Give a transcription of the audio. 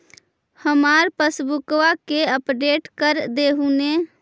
हमार पासबुकवा के अपडेट कर देहु ने?